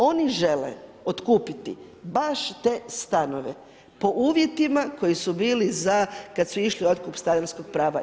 Oni žele otkupiti baš te stanove po uvjetima koji su bili za kad su išli otkup stanarskog prava.